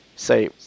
Say